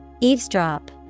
Eavesdrop